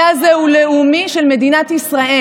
אנחנו,